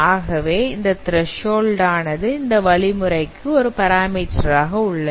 ஆகவே இந்த த்ரசோல்டு ஆனது இந்த வழிமுறைக்கு ஒரு பராமீட்டராக உள்ளது